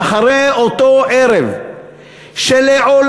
אחרי אותו ערב שלעולם,